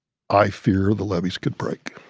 i fear the levees could break.